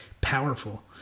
powerful